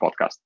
podcast